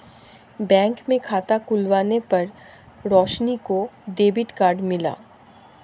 bank में खाता खुलवाने पर रोशनी को डेबिट कार्ड मिला